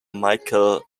michael